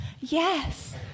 Yes